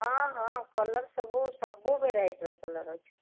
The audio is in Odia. ହଁ ହଁ କଲର ସବୁ ସବୁ ଭେରାଇଟର କଲର ଅଛି